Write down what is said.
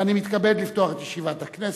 ואני מתכבד לפתוח את ישיבת הכנסת.